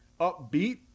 upbeat